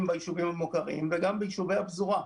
ביישובים המוכרים וגם ביישובי הפזורה.